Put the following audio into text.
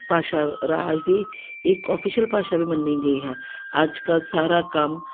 ਭਾਸ਼ਾ ਰਾਜ ਦੀ ਇੱਕ ਓਫਿਸ਼ਅਲ ਭਾਸ਼ਾ ਵੀ ਮੰਨੀ ਗਈ ਹੈ ਅੱਜ ਕੱਲ੍ਹ ਸਾਰਾ ਕੰਮ